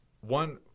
one